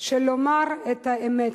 של לומר את האמת.